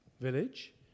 village